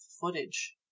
footage